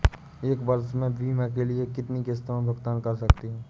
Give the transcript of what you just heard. हम एक वर्ष में बीमा के लिए कितनी किश्तों में भुगतान कर सकते हैं?